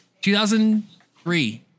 2003